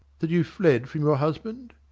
that you fled from your husband?